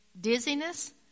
dizziness